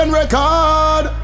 record